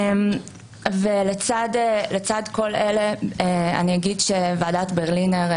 ולצד כל אלה אני אגיד שוועדת ברלינר,